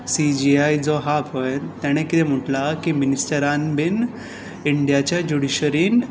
C J I जो आसा पळय ताणें कितें म्हटलां की मिनिस्टरान बीन इंडियाचे जुडिश्यरींत